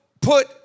put